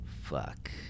Fuck